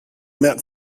met